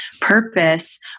purpose